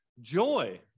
joy